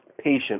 patient